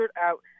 out